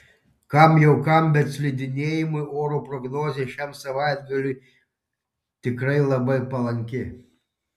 kam jau kam bet slidinėjimui orų prognozė šiam savaitgaliui tikrai labai palanki